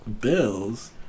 Bills